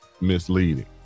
misleading